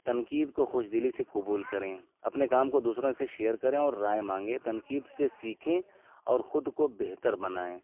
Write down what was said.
تنقید کو خوش دلی سے قبول کریں اپنے کام کو دوسروں سے شیئر کریں اور رائے مانگے تنقید سے سیکھیں اور خود کو بہتر بنائیں